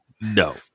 no